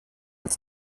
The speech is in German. als